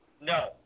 No